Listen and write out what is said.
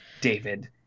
David